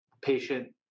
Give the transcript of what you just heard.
patient